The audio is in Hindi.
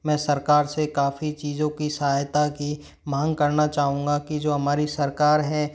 मैं सरकार से काफ़ी चीज़ों की सहायता की मांग करना चाहूंगा कि जो हमारी जो सरकार है